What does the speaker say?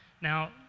Now